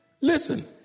Listen